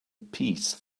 peace